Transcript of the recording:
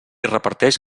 reparteix